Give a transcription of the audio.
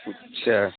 اچھا